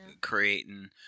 creating